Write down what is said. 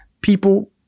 people